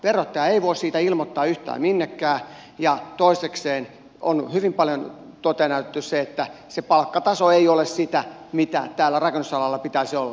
verottaja ei voi siitä ilmoittaa yhtään minnekään ja toisekseen on hyvin paljon toteen näytetty se että se palkkataso ei ole sitä mitä täällä rakennusalalla pitäisi olla